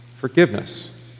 forgiveness